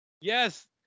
Yes